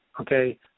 Okay